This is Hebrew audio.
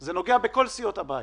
זה נוגע לכל סיעות הבית.